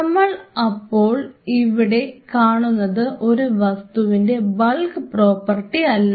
നമ്മൾ അപ്പോൾ ഇവിടെ കാണുന്നത് ഒരു വസ്തുവിൻറെ ബൾക്ക് പ്രോപ്പർട്ടി അല്ല